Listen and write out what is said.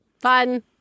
fun